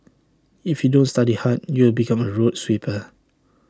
if you don't study hard you will become A road sweeper